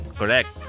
correct